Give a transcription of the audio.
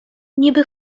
niby